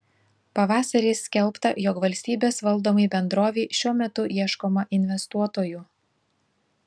pavasarį skelbta jog valstybės valdomai bendrovei šiuo metu ieškoma investuotojų